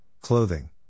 clothing